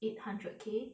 eight hundred K